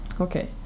Okay